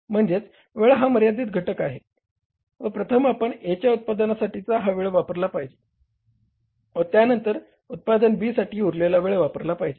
म्हणजे वेळ हा मर्यादित घटक आहे व प्रथम आपण A च्या उत्पादनासाठी हा वेळ वापरला पाहिजे व त्यानंतर उत्पादन B साठी उरलेला वेळ वापरला पाहिजे